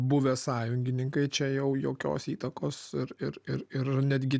buvę sąjungininkai čia jau jokios įtakos ir ir ir ir netgi